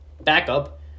backup